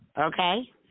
Okay